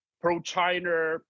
pro-China